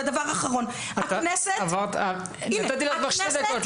ודבר אחרון, הכנסת --- נתתי לך כבר שתי דקות.